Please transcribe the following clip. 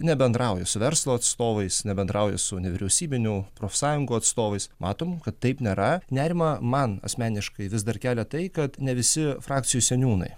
nebendrauja su verslo atstovais nebendrauja su nevyriausybinių profsąjungų atstovais matom kad taip nėra nerimą man asmeniškai vis dar kelia tai kad ne visi frakcijų seniūnai